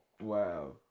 Wow